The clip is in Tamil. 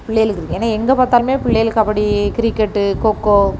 பிள்ளைகளுக்குன்னு ஏன்னா எங்கேப் பார்த்தாலுமே பிள்ளைகளுக்கு கபடி கிரிக்கெட்டு கொக்கோ